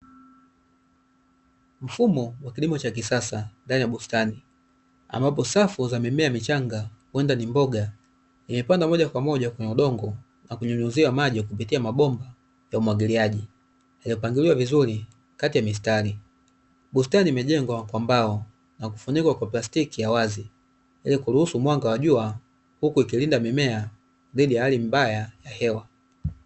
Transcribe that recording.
Mfumo wa kilimo cha kisasa ndani ya bustani, ambapo safu za mimea michanga, huenda ni mboga; imepandwa moja kwa moja kwenye udongo na kunyunyuziwa maji kupitia mabomba ya umwagiliaji, yaliyopangiliwa vizuri kati ya mistari. Bustani imejengwa kwa mbao na kufunikwa kwa plastiki ya wazi, ili kuruhusu mwanga wa jua, huku ikilinda mimea dhidi ya hali mbaya ya hewa.